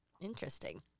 Interesting